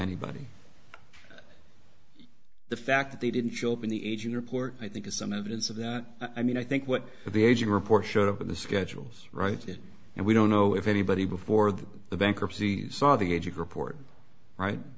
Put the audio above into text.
anybody the fact that they didn't show up in the agent report i think is some evidence of that i mean i think what the aging report showed up in the schedules right it and we don't know if anybody before that the bankruptcy saw the agent report right